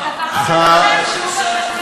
אתה פחות מדבר כשהוא וחנין זועבי,